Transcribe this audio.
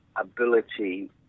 ability